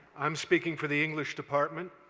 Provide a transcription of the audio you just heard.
i'm speaking for the english department,